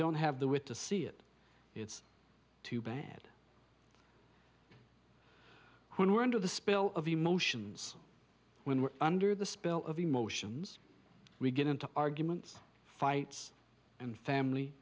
don't have the wit to see it it's too bad when we're under the spell of emotions when we're under the spell of emotions we get into arguments fights and family